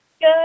good